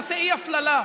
נעשה אי-הפללה.